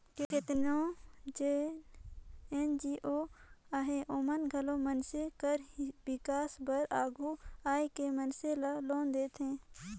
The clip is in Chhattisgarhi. केतनो जेन एन.जी.ओ अहें ओमन घलो मइनसे कर बिकास बर आघु आए के मइनसे ल लोन देथे